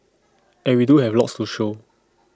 and we do have lots to show